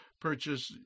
purchase